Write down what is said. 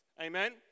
Amen